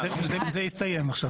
זה הסתיים עכשיו.